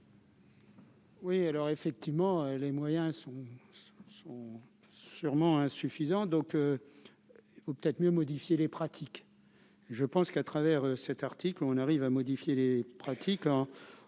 Oui, alors effectivement, les moyens sont sont sûrement insuffisant donc vaut peut-être mieux modifier les pratiques. Je pense qu'à travers cet article, on arrive à modifier les pratiques